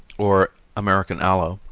or american aloe,